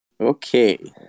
Okay